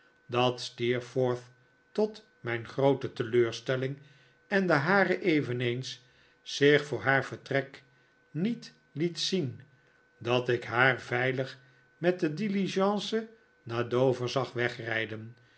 dat steerforth tot mijn groote teleurstelling en de hare eveneens zich voor haar vertrek niet liet zien dat ik haar veilig met de diligence naar dover zag wegrijden